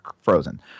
frozen